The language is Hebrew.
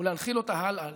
ולהנחיל אותה הלאה לילדינו.